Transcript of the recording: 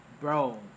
Bro